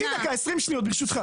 חצי דקה, 20 שניות, ברשותך.